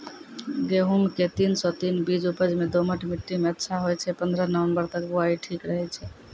गेहूँम के तीन सौ तीन बीज उपज मे दोमट मिट्टी मे अच्छा होय छै, पन्द्रह नवंबर तक बुआई ठीक रहै छै